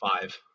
five